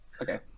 Okay